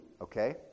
Okay